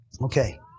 Okay